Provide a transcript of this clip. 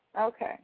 Okay